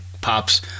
pops